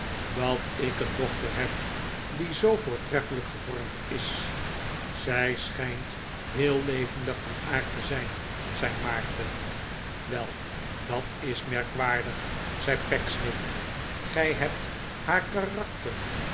dat ik een dochter heb die zoo voortreffelijk gevormd is zij schijnt heel levendig van aard te zijn zei maarten wel dat is merkwaardig zei pecksniff gij hebt haar karakter